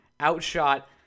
outshot